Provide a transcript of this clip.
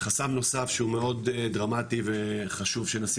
חסם נוסף שהוא מאוד דרמטי וחשוב שנשים